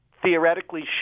Theoretically